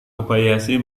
kobayashi